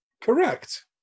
Correct